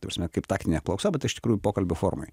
ta prasme kaip taktinė apklausa bet iš tikrųjų pokalbio formoj